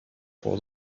for